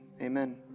amen